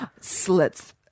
Slits